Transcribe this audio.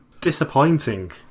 disappointing